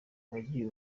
wagiye